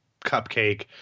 cupcake